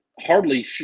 hardly